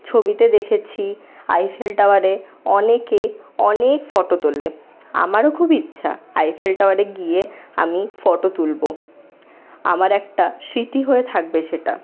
ছবিতে দেখেছি আইফেল টাওয়ারে অনেকে অনেক ফোটো তোলে আমারও খুব ইচ্ছা আইফেল টাওয়ারে গিয়ে আমি ফোটো তুলব আমার একটা স্মৃতি হয়ে থাকবে সেটা